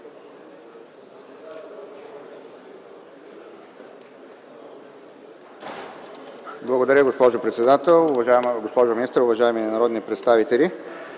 Благодаря, госпожо председател. Уважаема госпожо министър, уважаеми народни представители!